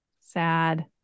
sad